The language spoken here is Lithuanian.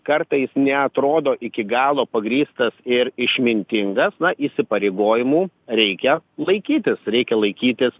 kartais neatrodo iki galo pagrįstas ir išmintingas na įsipareigojimų reikia laikytis reikia laikytis